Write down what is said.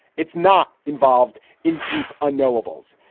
it's not involved in deep unknowables.